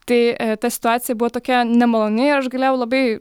tai ta situacija buvo tokia nemaloni aš galėjau labai